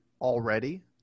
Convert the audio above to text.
already